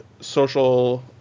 social